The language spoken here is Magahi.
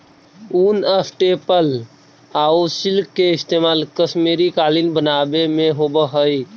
ऊन, स्टेपल आउ सिल्क के इस्तेमाल कश्मीरी कालीन बनावे में होवऽ हइ